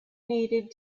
needed